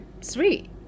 sweet